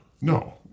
No